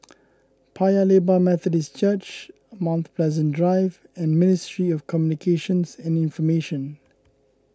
Paya Lebar Methodist Church Mount Pleasant Drive and Ministry of Communications and Information